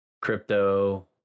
Crypto